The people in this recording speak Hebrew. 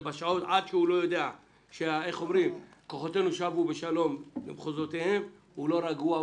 עד שהוא לא יודע שכוחותינו שבו בשלום למחוזותיהם הוא לא רגוע,